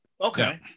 Okay